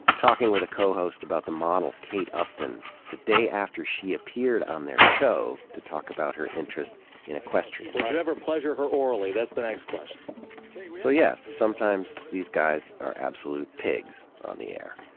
talking with a co host about the model kate upton, the day after she appeared on their show to talk about her interest in equestrian. would you ever pleasure her orally, that's the next question. thirteen so yes, sometimes these guys are absolute pigs on the air.